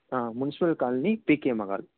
ah municipal colony PK Mahal